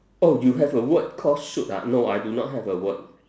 oh you have a word call shoot ah no I do not have the word